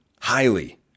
highly